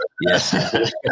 Yes